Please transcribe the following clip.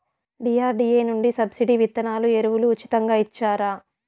DRDA నుండి subsidy విత్తనాలు ఎరువులు ఉచితంగా ఇచ్చారా?